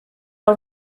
awr